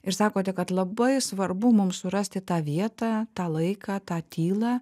ir sakote kad labai svarbu mum surasti tą vietą tą laiką tą tylą